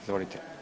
Izvolite.